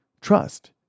Trust